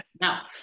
Now